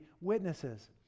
witnesses